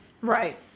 right